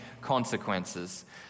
consequences